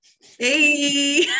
Hey